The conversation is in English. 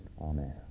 Amen